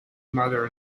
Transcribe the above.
mother